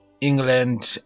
England